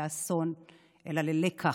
כדי להפוך את השואה לא רק לאסון אלא ללקח,